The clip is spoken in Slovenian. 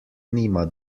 nima